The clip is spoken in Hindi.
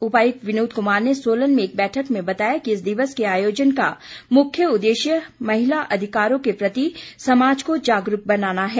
उपायुक्त विनोद कुमार ने सोलन में एक बैठक में बताया कि इस दिवस के आयोजन का मुख्य उद्देश्य महिला अधिकारों के प्रति समाज को जागरूक बनाना है